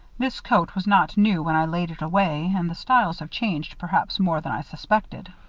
this coat was not new when i laid it away and the styles have changed perhaps more than i suspected.